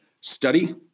study